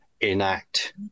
enact